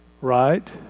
Right